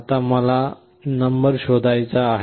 आता मला नंबर शोधायचा आहे